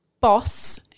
boss